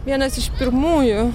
vienas iš pirmųjų